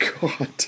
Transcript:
God